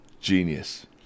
Genius